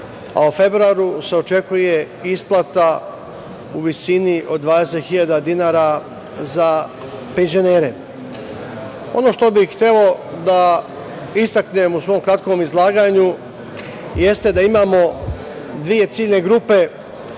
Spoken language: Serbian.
a u februaru se očekuje isplata u visini od 20.000 dinara za penzionere. Ono što bih hteo da istaknem u svom kratkom izlaganju jeste da imamo dve ciljne grupe